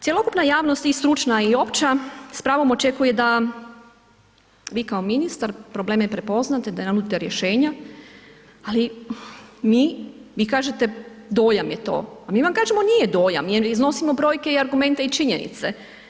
Cjeloukupna javnost i stručna i opća s pravom očekuje da vi kao ministar probleme prepoznate, da nam nudite rješenja ali mi, vi kažete dojam je to a mi vam kažemo nije dojam jer iznosimo brojke i argumente i činjenice.